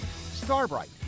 Starbright